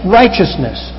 righteousness